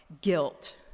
Guilt